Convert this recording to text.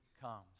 comes